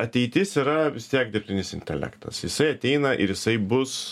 ateitis yra vis tiek dirbtinis intelektas jisai ateina ir jisai bus